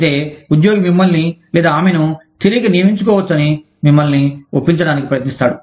అయితే ఉద్యోగి మిమ్మల్ని లేదా ఆమెను తిరిగి నియమించుకోవచ్చని మిమ్మల్ని ఒప్పించటానికి ప్రయత్నిస్తాడు